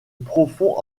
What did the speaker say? profond